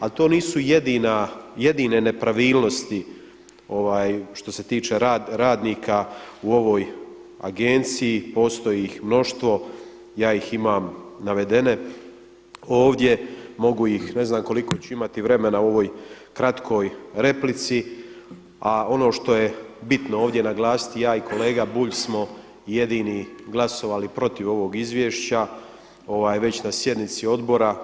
Ali to nisu jedine nepravilnosti što se tiče radnika u ovog agenciji, postoji ih mnoštvo, ja ih imam navedene ovdje, mogu ih ne znam koliko ću imati vremena u ovoj kratkoj replici, a ono što je bitno ovdje naglasiti ja i kolega Bulj smo jedini glasovali protiv ovog izvješća na sjednici odbora.